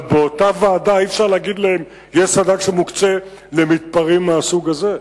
אבל באותה ועדה אי-אפשר להגיד להם: יש סד"כ שמוקצה למתפרעים מהסוג הזה.